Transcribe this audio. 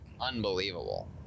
Unbelievable